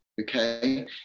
okay